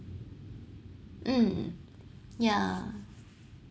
mm yeah